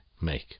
make